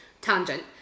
tangent